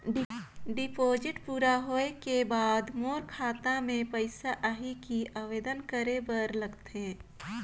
Deposit पूरा होय के बाद मोर खाता मे पइसा आही कि आवेदन करे बर लगथे?